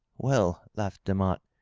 well, laughed demotte,